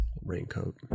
Raincoat